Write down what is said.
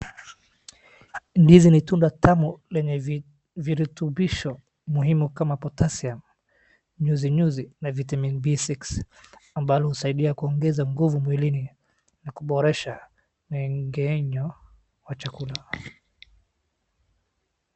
Ndizi ni tunda tamu lenye virutubisho muhimu kama potassium ,nyuzi nyuzi na vitamin B six ambalo husaidia kuongeza nguvu mwilini na kuboresha wengenyo wa chakula.